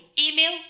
Email